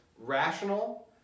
rational